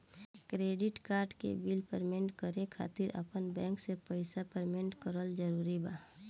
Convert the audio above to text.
Credit card के bill payment करे खातिर आपन बैंक से पईसा पेमेंट करल जरूरी बा?